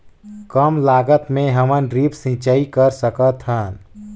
कम लागत मे हमन ड्रिप सिंचाई कर सकत हन?